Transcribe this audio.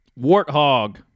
Warthog